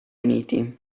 uniti